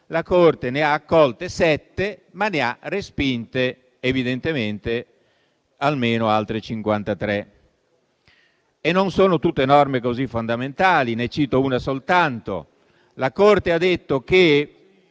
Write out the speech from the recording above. la Corte ne ha accolte 7, ma ne ha respinte evidentemente almeno altre 53 e non sono tutte norme così fondamentali. Ne cito una soltanto: la Corte ha detto che